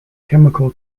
chemical